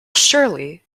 shirley